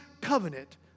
covenant